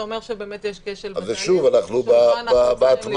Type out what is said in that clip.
זה אומר שיש כשל בתהליך שאותו אנחנו צריכים לפתור בשלב ההטמעה.